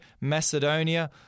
Macedonia